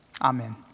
Amen